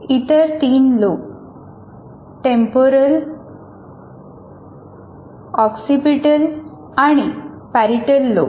इतर तीन lobe temporal occipital आणि पॅरिटल लोब